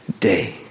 day